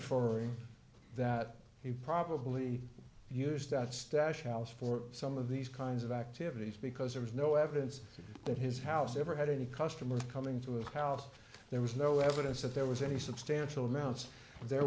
g that he probably used that stash house for some of these kinds of activities because there was no evidence that his house ever had any customers coming to a house there was no evidence that there was any substantial amount